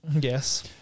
Yes